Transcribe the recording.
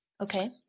Okay